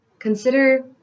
Consider